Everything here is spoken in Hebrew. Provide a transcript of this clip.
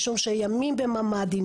משום שימים בממ"דים,